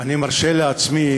אני מרשה לעצמי,